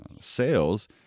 sales